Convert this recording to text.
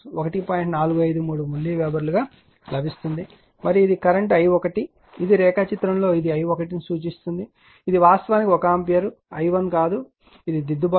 453 milliweber లభిస్తుంది మరియు ఇది కరెంట్ i1 ఇది రేఖాచిత్రంలో ఇది i1 ను చూపిస్తుంది ఇది వాస్తవానికి 1 ఆంపియర్ I1 కాదు ఇది దిద్దుబాటు